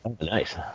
Nice